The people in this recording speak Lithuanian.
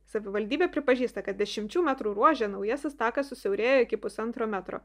savivaldybė pripažįsta kad dešimčių metrų ruože naujasis takas susiaurėjo iki pusantro metro